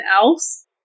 else